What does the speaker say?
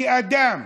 כאדם,